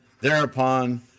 Thereupon